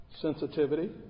sensitivity